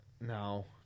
No